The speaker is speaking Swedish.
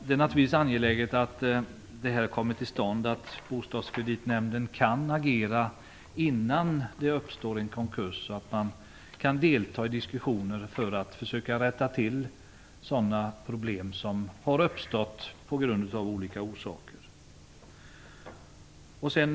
Det är naturligtvis angeläget att Bostadskreditnämnden kan agera innan det uppstår en konkurs, så att man kan rätta till problem som av olika orsaker har uppstått.